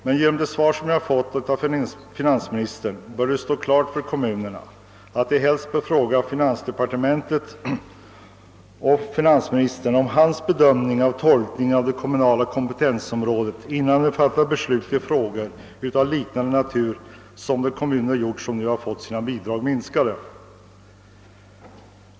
Men sedan jag nu fått detta svar av finansministern bör det stå klart för kommunerna att de helst skall fråga finansministern om hans bedömning rörande tolkningen av det kommunala kompetensområdet, innan de fattar beslut i frågor av den natur som det gällt i de kommuner, vilka fått sina bidrag minskade.